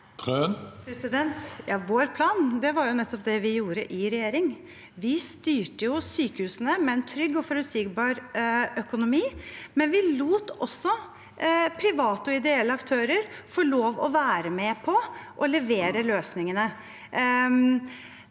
Vår plan var nettopp det vi gjorde i regjering. Vi styrte jo sykehusene med en trygg og forutsigbar økonomi, men vi lot også private og ideelle aktører få lov til å være med på å levere løsningene.